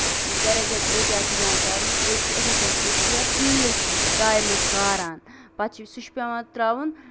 واریاہ زیادٕ احتِیاط چھُ پیوان کَرُن أڑۍ چھِ یِتھٕے کَنۍ أڑۍ چھِ یَتھ تیٖل چھِ تاوِ منٛز کاران پَتہٕ چھُ سُہ چھُ پیوان تراوُن